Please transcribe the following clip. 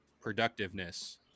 productiveness